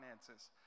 finances